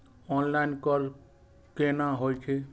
Online कर्ज केना होई छै?